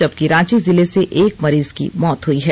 जबकि रांची जिले से एक मरीज की मौत हई है